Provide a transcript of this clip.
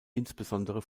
insbesondere